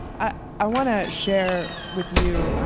i want to share with you,